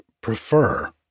prefer